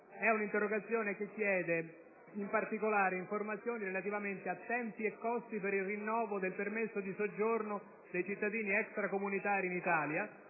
L'interrogazione in questione chiede in particolare informazioni relativamente a tempi e costi per il rinnovo del permesso di soggiorno dei cittadini extracomunitari presenti